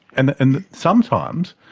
and and sometimes,